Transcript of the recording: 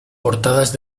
portadas